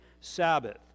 Sabbath